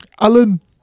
Alan